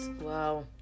Wow